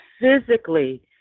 physically